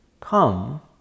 come